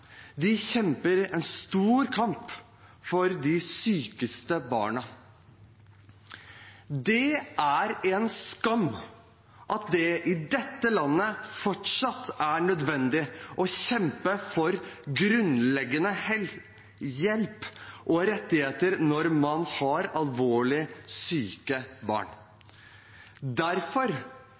De kjemper en stor kamp for de sykeste barna. Det er en skam at det i dette landet fortsatt er nødvendig å kjempe for grunnleggende hjelp og rettigheter når man har alvorlig syke barn. Derfor